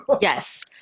Yes